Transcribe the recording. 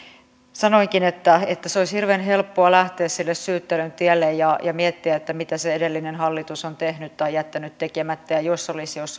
sanoinkin että että olisi hirveän helppoa lähteä sille syyttelyn tielle ja ja miettiä mitä se edellinen hallitus on tehnyt tai jättänyt tekemättä ja jos olisi jos